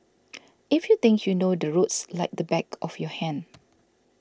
if you think you know the roads like the back of your hand